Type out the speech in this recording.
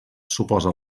suposa